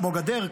כמו גדר,